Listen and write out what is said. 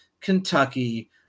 Kentucky